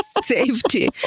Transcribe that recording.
safety